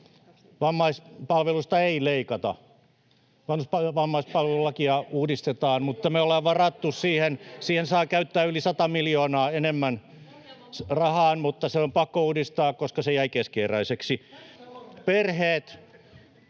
Vammaispalveluista ei leikata. Vammaispalvelulakia uudistetaan, mutta me ollaan varattu siihen niin, että siihen saa käyttää yli 100 miljoonaa enemmän rahaa, [Li Andersson: Ohjelman mukaan leikataan!] mutta se on pakko uudistaa, koska se jäi keskeneräiseksi. Perheet: